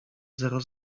zero